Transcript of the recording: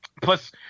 Plus